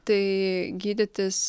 tai gydytis